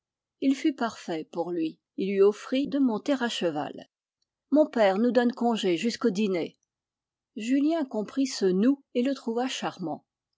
il fut parfait pour lui il lui offrit de monter à cheval mon père nous donne congé jusqu'au dîner julien comprit ce nous et le trouva charmant